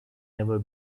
never